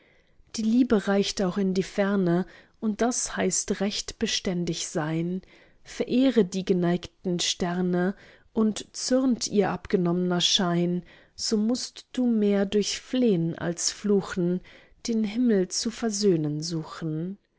die liebe reicht auch in die ferne und das heißt recht beständig sein verehre die geneigten sterne und zürnt ihr abgenommner schein so mußt du mehr durch flehn als fluchen den himmel zu versöhnen suchen